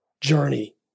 journey